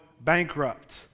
bankrupt